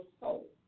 soul